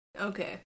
Okay